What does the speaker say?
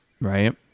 right